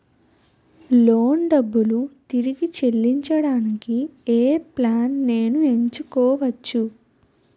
Loan డబ్బులు తిరిగి చెల్లించటానికి ఏ ప్లాన్ నేను ఎంచుకోవచ్చు?